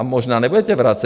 Možná nebudete vracet.